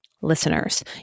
listeners